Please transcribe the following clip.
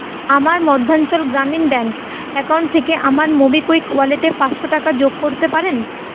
আমার Madhyanchal Gramin bank account থেকে আমার মোবিকুইক ওয়ালেটে পাঁচশো টাকা যোগ করতে পারেন